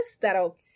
that'll